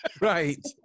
right